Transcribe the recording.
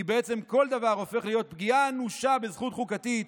כי בעצם כל דבר הופך להיות פגיעה אנושה בזכות חוקתית